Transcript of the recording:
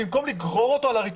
במקום לגרור אותו על הרצפה,